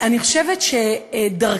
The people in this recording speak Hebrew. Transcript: אני חושבת שדרכם,